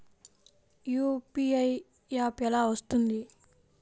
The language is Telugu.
యూ.పీ.ఐ యాప్ ఎలా వస్తుంది?